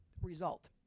result